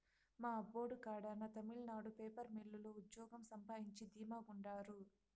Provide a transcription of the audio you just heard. మా అబ్బోడు కడాన తమిళనాడు పేపర్ మిల్లు లో ఉజ్జోగం సంపాయించి ధీమా గుండారు